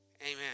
Amen